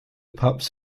pups